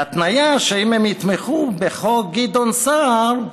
וההתניה היא שהם יתמכו בחוק גדעון סער,